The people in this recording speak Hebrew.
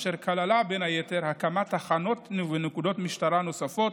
אשר כללה בין היתר הקמת תחנות ונקודות משטרה נוספות,